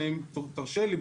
ואם תרשה לי,